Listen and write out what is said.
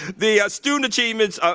the student achievements, ah